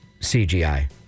CGI